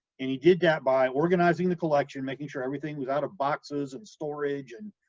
and he did that by organizing the collection, making sure everything was out of boxes and storage and,